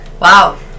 Wow